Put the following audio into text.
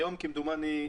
היום כמדומני,